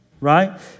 right